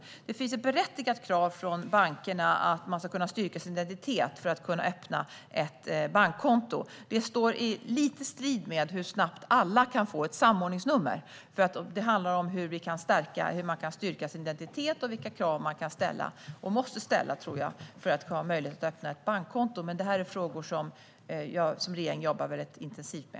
Det finns ett berättigat krav från bankerna att man ska kunna styrka sin identitet för att kunna öppna ett bankkonto. Det står lite i strid med hur snabbt alla kan få ett samordningsnummer, för det handlar om hur man kan styrka sin identitet och vilka krav som kan, och måste, tror jag, ställas för att man ska ha möjlighet att öppna ett bankkonto. Det här är frågor som regeringen jobbar intensivt med.